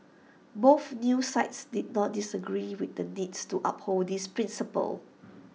both news sites did not disagree with the needs to uphold this principle